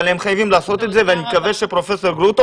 אבל הם חייבים לעשות את זה ואני מקווה שפרופ' גרוטו